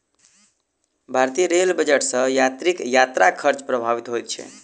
भारतीय rail budget सॅ यात्रीक यात्रा खर्च प्रभावित होइत छै